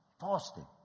Fasting